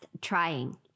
trying